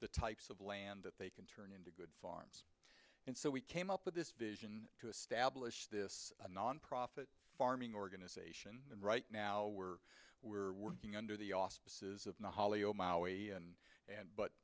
the types of land that they can turn into good farms and so we came up with this vision to establish this a nonprofit farming organization and right now we're we're working under the auspices of